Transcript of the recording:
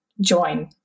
join